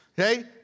okay